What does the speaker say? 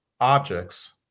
objects